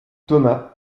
thomas